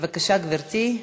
בבקשה, גברתי.